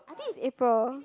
I think is April